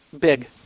Big